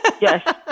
Yes